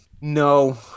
No